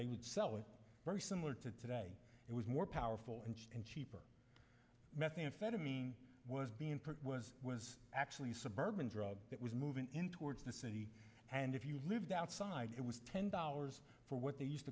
would sell it very similar to today it was more powerful and cheaper methamphetamine was being was was actually suburban drug that was moving in towards the city and if you lived outside it was ten dollars for what they used